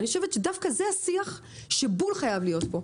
אני חושבת שדווקא זה השיח שבול חייב להיות פה.